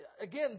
again